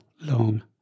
long